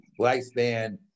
lifespan